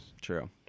True